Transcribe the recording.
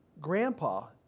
grandpa